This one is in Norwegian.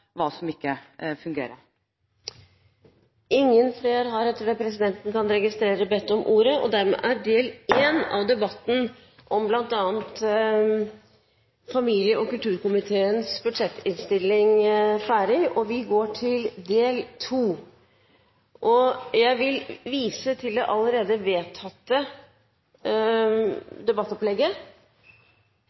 bedt om ordet til del 1 av debatten om familie- og kulturkomiteens innstilling. Vi går til del 2. Presidenten vil vise til det allerede vedtatte debattopplegget.